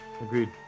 Agreed